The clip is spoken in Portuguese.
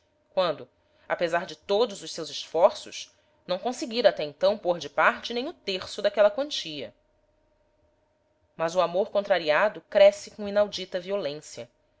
quando apesar de todos os seus esforços não conseguira até então pôr de parte nem o terço daquela quantia mas o amor contrariado cresce com inaudita violência